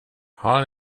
har